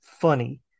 funny